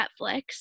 Netflix